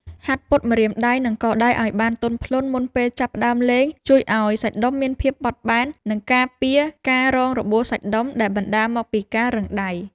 ហាត់ពត់ម្រាមដៃ និងកដៃឱ្យបានទន់ភ្លន់មុនពេលចាប់ផ្តើមលេងជួយឱ្យសាច់ដុំមានភាពបត់បែន និងការពារការរងរបួសសាច់ដុំដែលបណ្ដាលមកពីការរឹងដៃ។